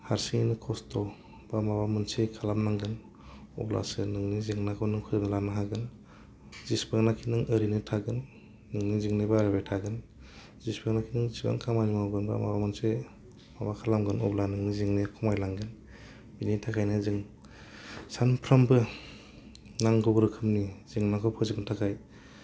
हारसिंयैनो खस्थ' बा माबा मोनसे खालामनांगोन अब्लासो नोंनि जेंनाखौ नों फोजोबना लानो हागोन जिसिबांनाखि नों ओरैनो थागोन नोंनि जेंनाया बारायबाय थागोन जेसेबां नाखि नों एसेबां मावगोन बा माबा मोनसेे माबा खालामगोन अब्ला नोंनि जेंनाया खमायलांगोन बिनि थाखैनो जों सानफ्रोमबो नांगौ रोखोमनि जेंनाखौ फोजोबनो थाखाय